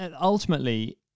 ultimately